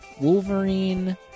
Wolverine